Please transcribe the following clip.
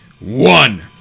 One